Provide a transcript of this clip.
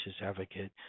advocate